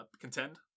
contend